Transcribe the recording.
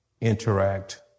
interact